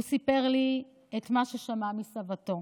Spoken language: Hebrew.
הוא סיפר לי את מה ששמע מסבתו,